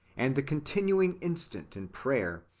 and the continuing instant in prayer,